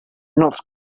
not